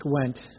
went